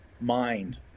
mind